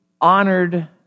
honored